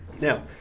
Now